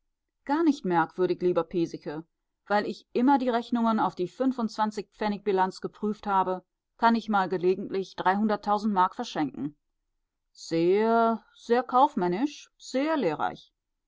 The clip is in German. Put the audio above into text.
gar nicht merkwürdig lieber piesecke weil ich immer die rechnungen auf die fünfundzwanzig pfennig bilanz geprüft habe kann ich mal gelegentlich dreihunderttausend mark verschenken sehr sehr kaufmännisch sehr lehrreich